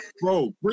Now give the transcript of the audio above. Bro